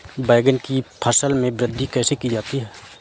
बैंगन की फसल में वृद्धि कैसे की जाती है?